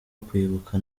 kwibuka